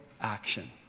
action